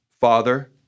Father